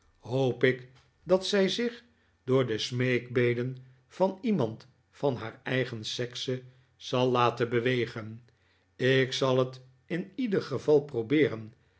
hoop ik dat zij zich door de smeekbeden van iemand van haar eigen sekse zal laten bewegen ik zal het in ieder geval probeeren